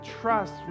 trust